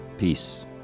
Peace